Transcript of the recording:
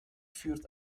führte